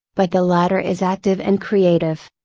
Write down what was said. but the latter is active and creative.